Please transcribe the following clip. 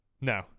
No